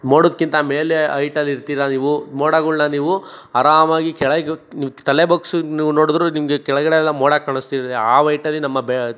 ಮೋಡಕ್ಕಿಂತ ಮೇಲೆ ಹೈಟಲ್ಲಿರ್ತೀರ ನೀವು ಮೋಡಗಳನ್ನ ನೀವು ಆರಾಮಾಗಿ ಕೆಳಗೆ ನೀವು ತಲೆ ಬಗ್ಗಿಸಿ ನೀವು ನೋಡಿದರೂ ನಿಮಗೆ ಕೆಳಗಡೆ ಎಲ್ಲ ಮೋಡ ಕಾಣಿಸ್ತಿದೆ ಆ ಹೈಟಲ್ಲಿ ನಮ್ಮ ಬ